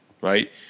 Right